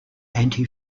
anti